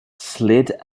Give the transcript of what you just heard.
slid